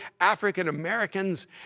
African-Americans